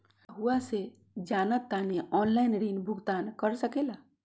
रहुआ से जाना तानी ऑनलाइन ऋण भुगतान कर सके ला?